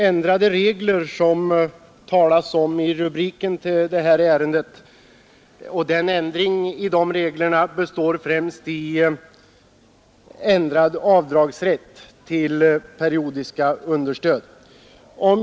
Fru talman! I rubriken till det här ärendet talas det om ändrade beskattningregler, främst i fråga om rätten till avdrag för periodiska understöd.